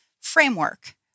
framework